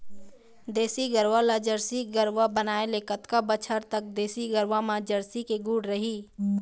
देसी गरवा ला जरसी गरवा बनाए ले कतका बछर तक देसी गरवा मा जरसी के गुण रही?